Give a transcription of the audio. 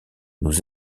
nous